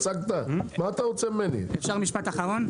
אדוני, אפשר משפט אחרון?